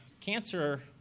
cancer